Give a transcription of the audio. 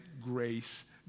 grace